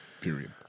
period